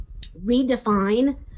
redefine